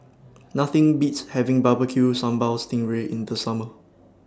Nothing Beats having Barbecue Sambal Sting Ray in The Summer